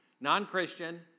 non-Christian